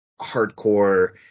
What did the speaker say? hardcore